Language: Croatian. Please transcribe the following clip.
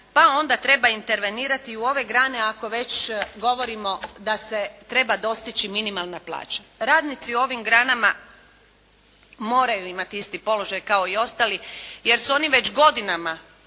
pa onda treba intervenirati i u ove grane ako već govorimo da se treba dostići minimalna plaća. Radnici u ovim granama moraju imati isti položaj kao i ostali jer su oni već godinama